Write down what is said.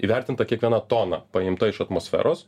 įvertinta kiekviena tona paimta iš atmosferos